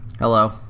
Hello